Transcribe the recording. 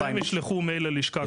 אז הם ישלחו מייל ללשכה,